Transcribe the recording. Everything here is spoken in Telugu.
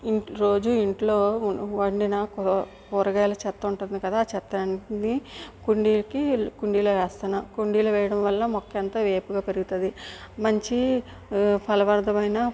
రోజు ఇంట్లో వండిన కూర కూరగాయలు చెత్త ఉంటుంది కదా ఆ చెత్త అన్నిటిని కుండీకి కుండీలో వేస్తాను కుండీలో వేయడం వల్ల మొక్క ఎంత వేపుగా పెరుగుతుంది మంచి ఫలవర్దమైన